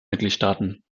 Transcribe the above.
mitgliedstaaten